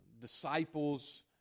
disciples